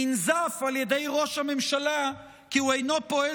ננזף על ידי ראש הממשלה כי הוא אינו פועל